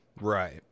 right